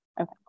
Okay